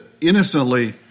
innocently